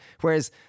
Whereas